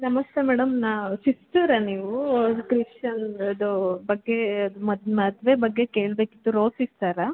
ನಮಸ್ತೆ ಮೇಡಮ್ ನಾ ಸಿಸ್ಟರ ನೀವು ಅದು ಕ್ರಿಶ್ಚಿಯನ್ ಇದು ಬಗ್ಗೆ ಮದ್ವೆ ಮದುವೆ ಬಗ್ಗೆ ಕೇಳಬೇಕಿತ್ತು ರೋಜ್ ಸಿಸ್ಟರ